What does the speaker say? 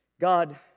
God